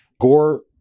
Gore